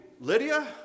Lydia